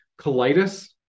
colitis